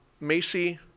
Macy